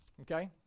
okay